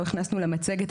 לא הכנסנו למצגת,